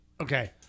Okay